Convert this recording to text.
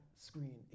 screen